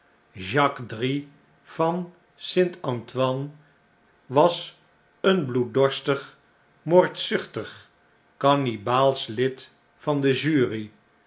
jacques drievan st antoine was een bloeddorstig moordzuchtig kannibaalsch lid van de jury